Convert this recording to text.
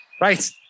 Right